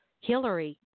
Hillary